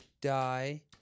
die